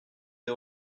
des